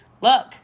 Look